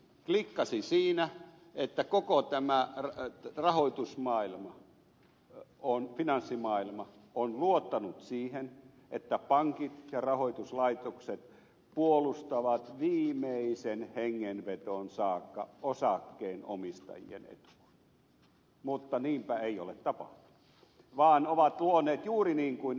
klikkasi siinä että koko tämä rahoitusmaailma finanssimaailma on luottanut siihen että pankit ja rahoituslaitokset puolustavat viimeiseen hengenvetoon saakka osakkeenomistajien etua mutta niinpä ei ole tapahtunut vaan ne ovat luoneet juuri niin kuin ed